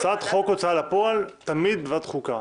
הצעת חוק ההוצאה לפועל, תמיד בוועדת חוקה.